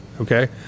Okay